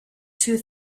two